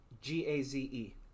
G-A-Z-E